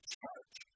church